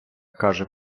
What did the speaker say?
каже